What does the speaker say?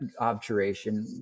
obturation